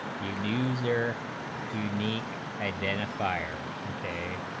you know user unique identifier ok,